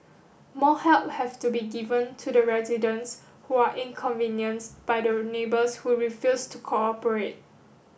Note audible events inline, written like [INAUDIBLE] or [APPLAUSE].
more help have to be given to the residents who are inconvenienced by [UNINTELLIGIBLE] neighbours who refuse to cooperate